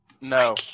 No